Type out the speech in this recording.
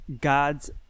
Gods